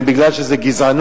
זה בגלל גזענות?